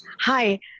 Hi